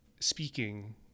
speaking